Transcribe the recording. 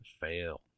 fail